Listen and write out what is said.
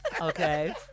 Okay